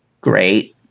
great